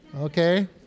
Okay